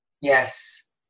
Yes